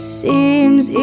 seems